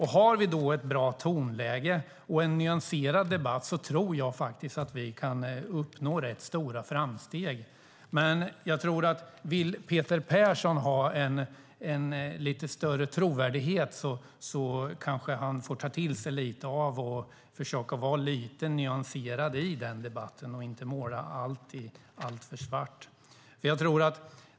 Har vi då ett bra tonläge och en nyanserad debatt tror jag att vi kan göra rätt stora framsteg. Om Peter Persson vill ha lite större trovärdighet får han kanske försöka vara lite mer nyanserad i debatten och inte måla allt i svart.